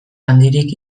handirik